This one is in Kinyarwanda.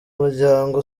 muryango